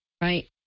right